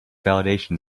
validation